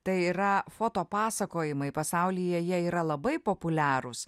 tai yra foto pasakojimai pasaulyje jie yra labai populiarūs